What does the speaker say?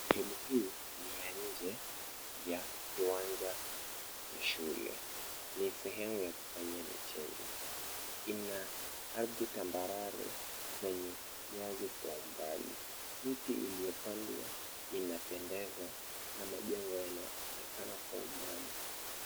Sehemu hii ni ya inje ya kiwanja cha shule. Ni sehemu ya kufanyia michezo. Ina ardhi tambarare zenye nyasi kwa umbali. Miti iliyo pandwa inapendeza, na majengo yanaonekana kwa umbali.